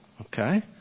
okay